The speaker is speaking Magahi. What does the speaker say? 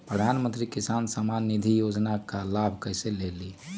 प्रधानमंत्री किसान समान निधि योजना का लाभ कैसे ले?